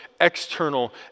external